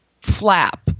flap